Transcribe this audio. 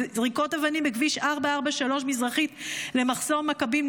זריקות אבנים בכביש 443 מזרחית למחסום מכבים,